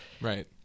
Right